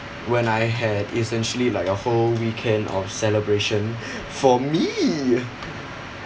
when I had essentially like a whole weekend of celebration for me